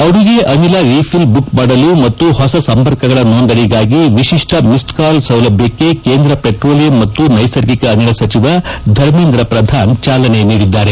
ಅಡುಗೆ ಅನಿಲ refill book ಮಾಡಲು ಮತ್ತು ಹೊಸ ಸಂಪರ್ಕಗಳ ನೋಂದಣಿಗಾಗಿ ವಿಶಿಷ್ಷ ಮಿಸ್ಡ್ ಕಾಲ್ ಸೌಲಭ್ಞಕ್ಷೆ ಕೇಂದ್ರ ಷೆಟ್ರೋಲಿಯಂ ಮತ್ತು ನೈಸರ್ಗಿಕ ಅನಿಲ ಸಚಿವ ಧರ್ಮೇಂದ್ರ ಪ್ರಧಾನ್ ಚಾಲನೆ ನೀಡಿದ್ದಾರೆ